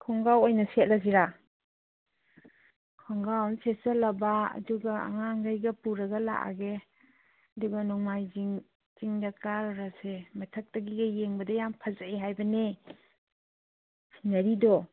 ꯈꯣꯡꯒ꯭ꯔꯥꯎ ꯑꯣꯏꯅ ꯁꯦꯠꯂꯁꯤꯔ ꯈꯣꯡꯒ꯭ꯔꯥꯎ ꯑꯃ ꯁꯦꯠꯆꯜꯂꯕꯥ ꯑꯗꯨꯒ ꯑꯉꯥꯡꯒꯩꯒ ꯄꯨꯔꯒ ꯂꯥꯛꯑꯒꯦ ꯑꯗꯨꯒ ꯅꯣꯡꯃꯥꯏꯖꯤꯡ ꯆꯤꯡꯗ ꯀꯥꯔꯨꯔꯁꯦ ꯃꯊꯛꯇꯒꯤ ꯌꯦꯡꯕꯗ ꯌꯥꯝ ꯐꯖꯩ ꯍꯥꯏꯕꯅꯦ ꯁꯤꯅꯔꯤꯗꯣ